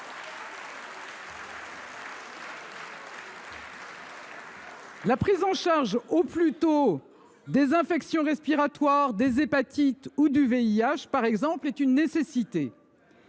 La prise en charge, au plus tôt, des infections respiratoires, des hépatites ou encore du VIH est une nécessité.